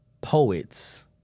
poets